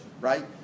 right